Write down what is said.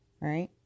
right